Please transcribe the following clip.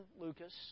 Lucas